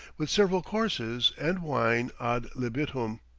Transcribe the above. with several courses and wine ad libitum.